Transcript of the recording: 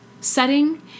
setting